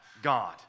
God